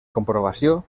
comprovació